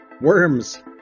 Worms